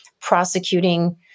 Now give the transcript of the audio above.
prosecuting